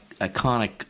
iconic